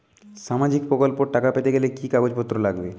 সামাজিক প্রকল্পর টাকা পেতে গেলে কি কি কাগজ লাগবে?